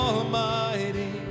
Almighty